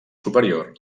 superior